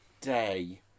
day